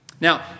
Now